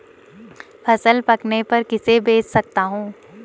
फसल पकने पर किसे बेच सकता हूँ?